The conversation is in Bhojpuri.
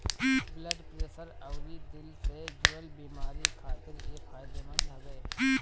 ब्लड प्रेशर अउरी दिल से जुड़ल बेमारी खातिर इ फायदेमंद हवे